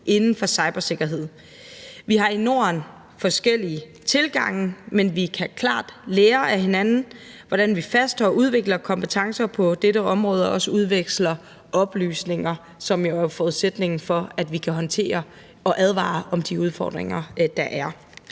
inden for cybersikkerhed. Vi har i Norden forskellige tilgange, men vi kan klart lære af hinanden, hvordan vi fastholder og udvikler kompetencer på dette område og også udveksler oplysninger, som jo er forudsætningen for, at vi kan håndtere og advare om de udfordringer, der er.